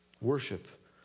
Worship